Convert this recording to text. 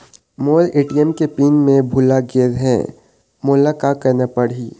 मोर ATM के pin मैं भुला गैर ह, मोला का करना पढ़ही?